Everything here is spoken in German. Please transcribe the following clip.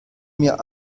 mir